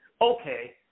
okay